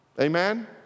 Amen